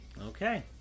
Okay